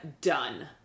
done